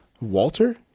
Walter